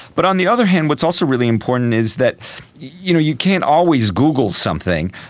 but on the other hand what's also really important is that you know you can't always google something.